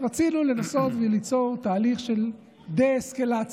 רצינו לנסות וליצור תהליך של דה-אסקלציה,